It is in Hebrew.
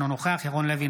אינו נוכח ירון לוי,